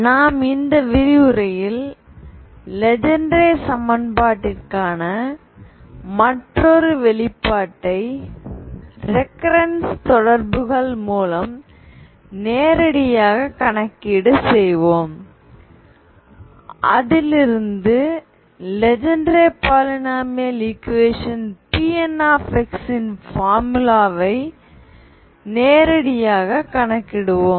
நாம் இந்த விரிவுரையில் லெஜென்ட்ரே சமன்பாட்டிற்கான மற்றொரு வெளிப்பாட்டை ரெகர்ரன்ஸ் தொடர்புகள் மூலம் நேரடியாக கணக்கீடு செய்வோம் அதிலிருந்து லெஜென்ட்ரே பாலினாமியல் ஈக்குவேஷன் Pn இன் பார்முலாவை நேரடியாக கணக்கிடுவோம்